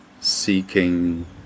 seeking